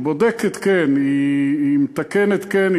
היא בודקת, כן, היא מתקנת, כן.